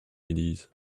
ideas